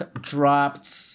dropped